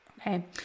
Okay